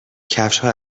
کفشها